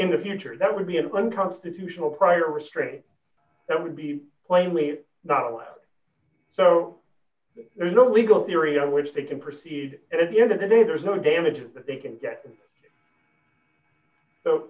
in the future that would be an unconstitutional prior restraint that would be plainly not left so there's no legal theory on which they can proceed and at the end of the day there's no damages that they can get so